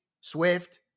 Swift